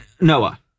Noah